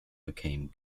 become